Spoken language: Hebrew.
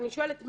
אני שואלת,